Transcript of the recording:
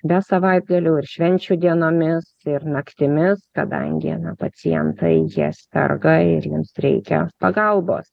be savaitgalių ir švenčių dienomis ir naktimis kadangi na pacientai jie serga ir jiems reikia pagalbos